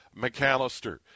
McAllister